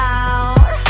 out